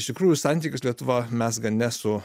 iš tikrųjų santykius lietuva mezga ne su